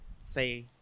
say